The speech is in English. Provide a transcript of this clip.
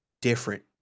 different